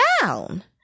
down